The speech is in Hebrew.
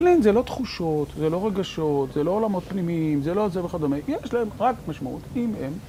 זה לא תחושות, זה לא רגשות, זה לא עולמות פנימיים, זה לא זה וכדומה, יש להם רק משמעות אם אין